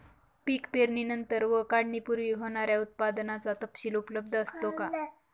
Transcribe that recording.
पीक पेरणीनंतर व काढणीपूर्वी होणाऱ्या उत्पादनाचा तपशील उपलब्ध असतो का?